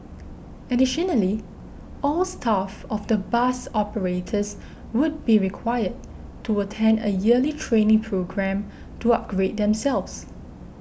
additionally all staff of the bus operators would be required to attend a yearly training programme to upgrade themselves